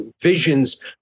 visions